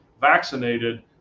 vaccinated